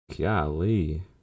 Golly